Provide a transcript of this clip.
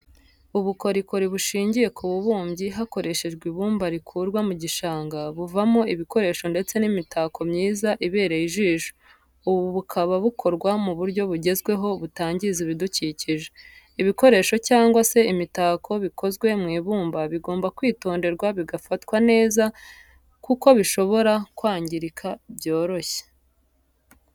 Ubukorikori bushingiye ku bubumbyi hakoreshejwe ibumba rikurwa mu gishanga, buvamo ibikoresho ndetse n'imitako myiza ibereye ijisho, ubu bukaba bukorwa mu buryo bugezweho butangiza ibidukikije. Ibikoresho cyangwa se imitako bikozwe mu ibumba bigomba kwitonderwa bigafatwa neza kuko bishobora kwangirika byoroshye.